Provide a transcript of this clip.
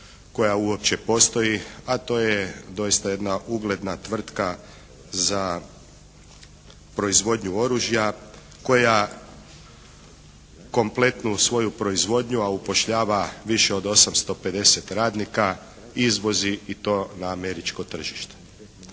koja uopće postoji, a to je doista jedna ugledna tvrtka za proizvodnju oružja koja kompletno svoju proizvodnju, a upošljava više od 850 radnika izvozi i to na američko tržite.